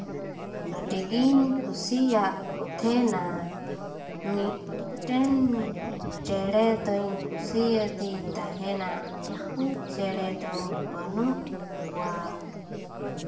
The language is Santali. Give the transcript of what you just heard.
ᱟᱹᱰᱤᱜᱤᱧ ᱠᱩᱥᱤᱭᱟᱜ ᱠᱚ ᱛᱟᱦᱮᱱᱟ ᱢᱤᱫᱴᱮᱱ ᱪᱮᱬᱮ ᱫᱩᱧ ᱠᱩᱥᱤᱭᱟᱫᱮ ᱛᱟᱦᱮᱱᱟ ᱩᱱᱠᱩ ᱪᱮᱬᱮ ᱫᱚ ᱵᱟᱹᱱᱩᱜ ᱠᱚᱣᱟ